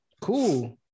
cool